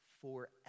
forever